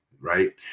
right